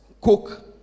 Coke